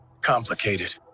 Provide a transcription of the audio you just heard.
complicated